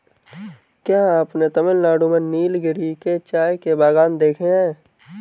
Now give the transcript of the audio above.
क्या आपने तमिलनाडु में नीलगिरी के चाय के बागान देखे हैं?